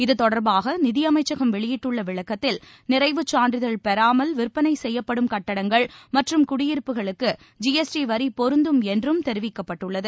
இதுதொடர்பாகநிதியமைச்சகம் வெளியிட்டுள்ளவிளக்கத்தில் நிறைவுச் சான்றிதழ் பெறாமல் விற்பனைசெய்யப்படும் கட்டடங்கள் மற்றும் குடியிருப்புகளுக்கு ஜிஎஸ்டி வரிபொருந்தும் என்றும் தெரிவிக்கப்பட்டுள்ளது